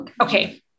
Okay